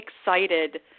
excited